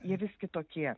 jie vis kitokie